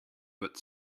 but